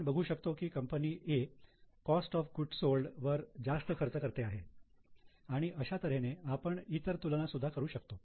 आपण बघू शकतो की company A cost of goods sold वर जास्त खर्च करते आहे आणि अशा तऱ्हेने आपण इतर तुलना सुद्धा करू शकतो